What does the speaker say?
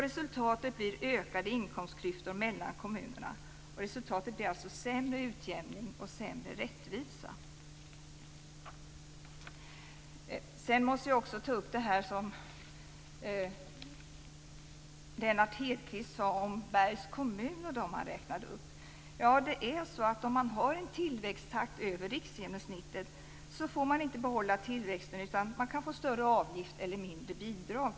Resultatet blir ökade inkomstklyftor mellan kommunerna. Resultatet blir alltså sämre utjämning och sämre rättvisa. Jag måste också ta upp det som Lennart Hedquist sade om Bergs kommun och de övriga han räknade upp. Ja, det är så att om man har en tillväxttakt över riksgenomsnittet får man inte behålla tillväxten. Man kan få större avgift eller mindre bidrag.